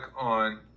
on